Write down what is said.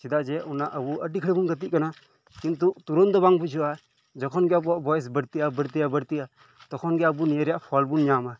ᱪᱮᱫᱟᱜ ᱡᱮ ᱚᱱᱟ ᱟᱵᱚ ᱟᱰᱤ ᱜᱷᱟᱲᱤᱡ ᱵᱚᱱ ᱜᱟᱛᱮᱜ ᱠᱟᱱᱟ ᱠᱤᱱᱛᱩ ᱛᱩᱨᱚᱱᱛ ᱫᱚ ᱵᱟᱝ ᱵᱩᱡᱷᱟᱹᱜᱼᱟ ᱡᱮᱠᱷᱚᱱ ᱜᱮ ᱟᱵᱚᱣᱟᱜ ᱵᱚᱭᱮᱥ ᱵᱟᱲᱛᱤᱜᱼᱟ ᱵᱟᱲᱛᱤᱜᱼᱟ ᱛᱚᱠᱷᱚᱱ ᱜᱮ ᱟᱵᱚ ᱱᱤᱭᱟᱹ ᱨᱮᱭᱟᱜ ᱯᱷᱳᱞ ᱵᱚᱱ ᱧᱟᱢᱟ